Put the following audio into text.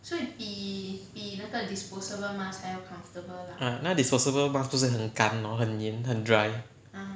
ah 那个 disposable mask 不是很干 lor 很粘很 dry